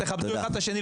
תכבדו אחד את השני,